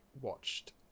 watched